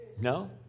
No